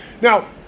Now